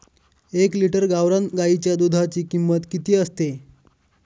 एक लिटर गावरान गाईच्या दुधाची किंमत किती असते?